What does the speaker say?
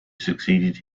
succeeded